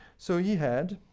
so he had